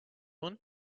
one